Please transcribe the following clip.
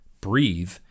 breathe